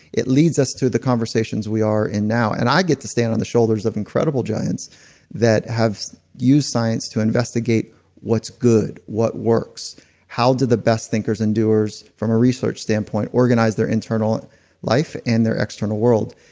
it leads us to the conversation we are in now. and i get to stand on the shoulders of incredible giants that have used science to investigate what's good. what works how did the best thinkers and doers, from a research standpoint, organize their internal life and their external world.